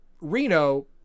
Reno